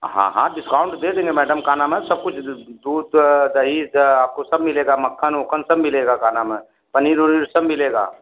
हाँ हाँ डिस्काउंट दे देंगे मैडम का नाम है सब कुछ दूध दही सब आपको सब मिलेगा मक्खन उकखन सब मिलेगा का नाम है पनीर उनीर सब मिलेगा